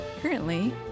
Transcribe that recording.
Currently